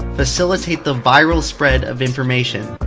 facilitate the viral spread of information.